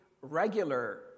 regular